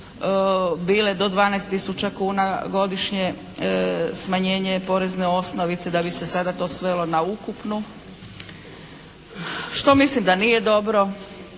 bile do 12 tisuća kuna godišnje smanjenje porezne osnovice da bi se sada to svelo na ukupnu što mislim da nije dobro